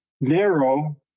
narrow